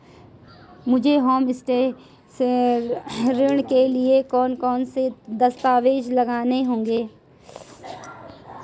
मुझे होमस्टे ऋण के लिए कौन कौनसे दस्तावेज़ लगाने होंगे?